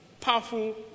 powerful